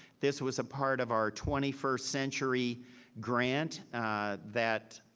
this was a part of our twenty first century grant that